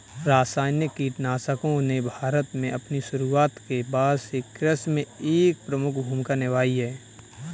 रासायनिक कीटनाशकों ने भारत में अपनी शुरूआत के बाद से कृषि में एक प्रमुख भूमिका निभाई है